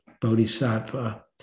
bodhisattva